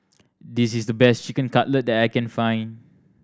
this is the best Chicken Cutlet that I can find